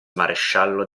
maresciallo